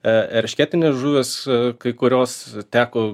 eršketinės žuvys kai kurios teko